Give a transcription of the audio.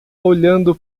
olhando